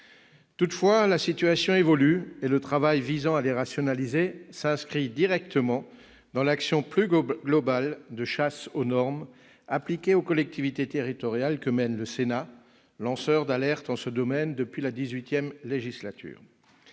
Toutefois, la situation évolue et le travail visant à les rationaliser s'inscrit directement dans l'action, plus globale, de « chasse aux normes » appliquées aux collectivités territoriales que mène le Sénat, « lanceur d'alerte » en ce domaine depuis la XIII législature.